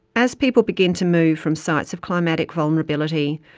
as people begin to move from sites of climatic vulnerability,